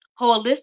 Holistic